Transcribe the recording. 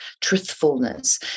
truthfulness